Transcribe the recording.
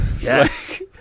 Yes